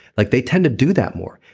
like they tend to do that more,